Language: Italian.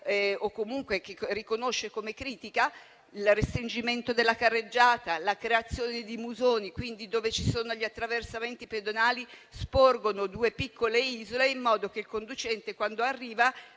città o che riconosce come critica, il restringimento della carreggiata e la creazione di musoni. Dove ci sono gli attraversamenti pedonali sporgono due piccole isole in modo che il conducente, quando arriva,